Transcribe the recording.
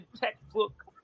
textbook